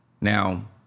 Now